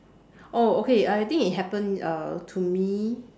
oh okay I think it happened uh to me